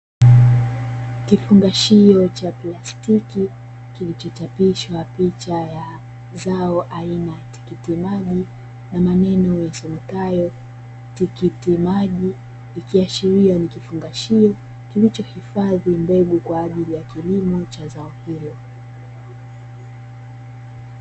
Kifungashio cha plastiki kilichochapishwa picha ya zao aina ya tikitimaji, na maneno yasomekayo tikitimaji ikiashiria ni kifungashio kilichohifadhi mbegu kwa ajili ya kilimo cha zao hilo.